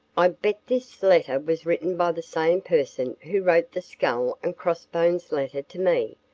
i bet this letter was written by the same person who wrote the skull-and-cross-bones letter to me,